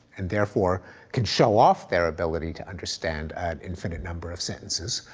and therefore can shell off their ability to understand an infinite number of sentences,